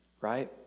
right